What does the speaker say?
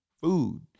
food